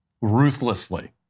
ruthlessly